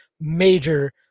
major